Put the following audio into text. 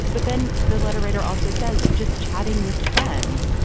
but then the letter writer also says just chatting with friends.